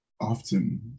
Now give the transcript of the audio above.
often